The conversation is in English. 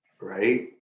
right